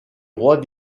roi